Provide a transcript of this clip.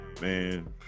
man